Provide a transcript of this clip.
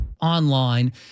online